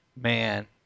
man